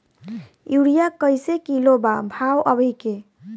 Urea कइसे kilo बा भाव अभी के?